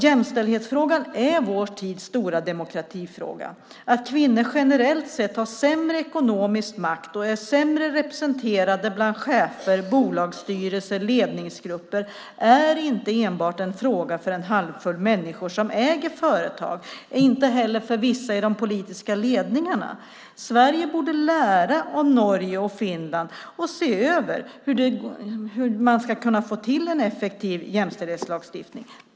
Jämställdhetsfrågan är vår tids stora demokratifråga. Att kvinnor generellt sett har sämre ekonomisk makt och är sämre representerade bland chefer, bolagsstyrelser och ledningsgrupper är inte enbart en fråga för en handfull människor som äger företag och inte heller för vissa i de politiska ledningarna. Sverige borde lära av Norge och Finland och se över hur man ska kunna få till en effektiv jämställdhetslagstiftning.